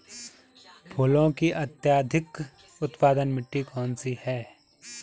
फूलों की अत्यधिक उत्पादन मिट्टी कौन सी है?